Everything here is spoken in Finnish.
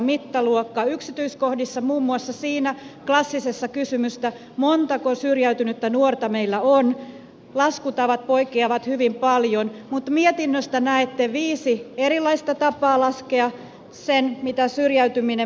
yksityiskohdissa muun muassa siinä klassisessa kysymyksessä montako syrjäytynyttä nuorta meillä on laskutavat poikkeavat toisistaan hyvin paljon mutta mietinnöstä näette viisi erilaista tapaa laskea sen mitä syrjäytyminen maksaa